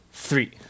Three